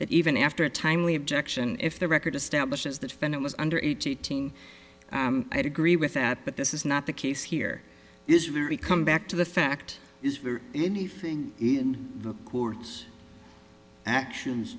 that even after a timely objection if the record establishes that found it was under eighteen i'd agree with that but this is not the case here is very come back to the fact is very anything in the court's actions